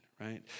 Right